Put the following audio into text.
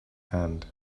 hand